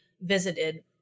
visited